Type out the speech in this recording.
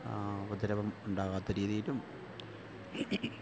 ഉപദ്രവം ഉണ്ടാകാത്ത രീതിയിലും